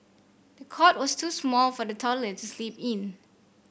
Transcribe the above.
the cot was too small for the toddler to sleep in